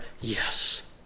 yes